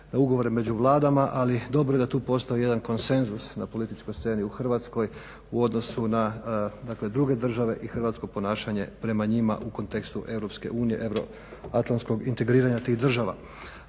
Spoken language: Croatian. ugovore među vladama ali dobro je da tu postoji jedan konsenzus na političkoj sceni u Hrvatskoj u odnosu na druge države i hrvatsko ponašanje prema njima u kontekstu EU, euroatlantskog integriranja tih država.